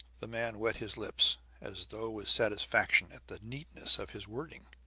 the man wet his lips, as though with satisfaction at the neatness of his wording.